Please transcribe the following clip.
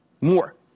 More